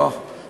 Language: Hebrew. אפילו יותר.